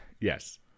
yes